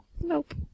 Nope